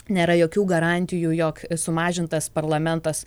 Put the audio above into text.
nėra jokių garantijų jog sumažintas parlamentas